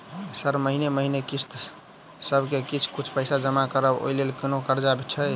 Sir महीने महीने किस्तसभ मे किछ कुछ पैसा जमा करब ओई लेल कोनो कर्जा छैय?